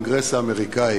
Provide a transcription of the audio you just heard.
בפני הקונגרס האמריקני,